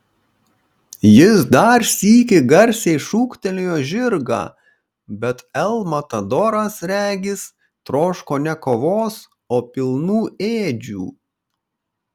jis dar sykį garsiai šūktelėjo žirgą bet el matadoras regis troško ne kovos o pilnų ėdžių